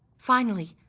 finally,